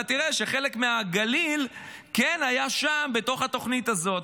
אתה תראה שחלק מהגליל כן היה שם בתוך התוכנית הזאת.